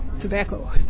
tobacco